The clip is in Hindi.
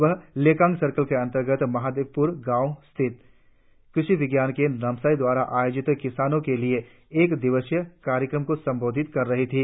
वह लेकांग सर्कल के अंतर्गत महादेवपूर गांव स्थित कृषि विज्ञान केंद्र नामसाई द्वारा आयोजित किसानों के एक दिवसीय कार्यक्रम को संबोधित कर रही थी